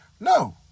No